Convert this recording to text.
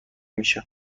میشه